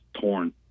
torn